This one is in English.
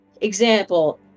example